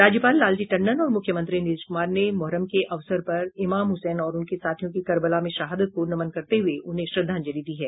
राज्यपाल लालजी टंडन और मुख्यमंत्री नीतीश कुमार ने मुहर्रम के अवसर पर इमाम हुसैन और उनके साथियों की करबला में शहादत को नमन करते हुये उन्हें श्रद्धांजलि दी है